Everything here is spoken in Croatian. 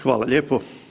Hvala lijepo.